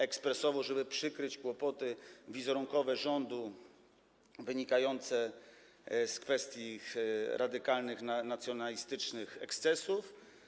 Ekspresowo, żeby przykryć kłopoty wizerunkowe rządu wynikające z kwestii radykalnych, nacjonalistycznych ekscesów.